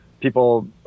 People